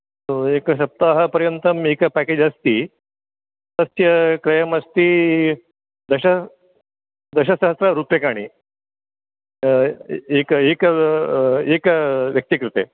अस्तु एकसप्ताहपर्यन्तं एक पेकेज् अस्ति तस्य क्रयमस्ति दश दशसहस्ररूप्यकाणि एक एक एकव्यक्तिकृते